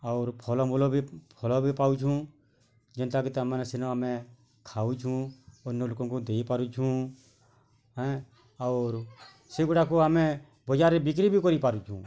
ଔର୍ ଫଲ ମୂଲ ବି ଫଲ ବି ପାଉଁଛୁ ଯେନ୍ତା କି ତମେମାନେ ସିନେମା ମେ ଖାଉଚୁଁ ଅନ୍ୟ ଲୋକଙ୍କୁ ଦେଇ ପାରୁଛୁଁ ଏଁ ଔର୍ ସେଗୁଡ଼ାକୁ ଆମେ ବଜାରରେ ବିକ୍ରି ବି କରି ପାରୁଛୁଁ